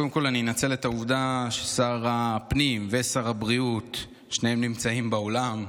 קודם כול אני אנצל את העובדה ששר הפנים ושר הבריאות שניהם נמצאים באולם.